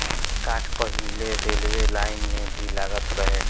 काठ पहिले railway line में भी लागत रहे